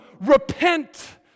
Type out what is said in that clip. repent